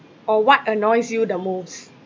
or what annoys you the most